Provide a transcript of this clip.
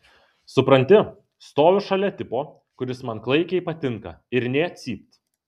supranti stoviu šalia tipo kuris man klaikiai patinka ir nė cypt